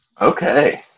Okay